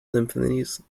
symphonies